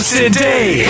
today